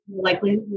likely